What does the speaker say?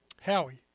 Howie